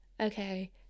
okay